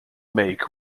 make